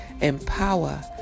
empower